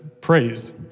praise